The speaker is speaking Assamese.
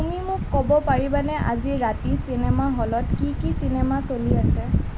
তুমি মোক ক'ব পাৰিবানে আজি ৰাতি চিনেমা হলত কি কি চিনেমা চলি আছে